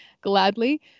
gladly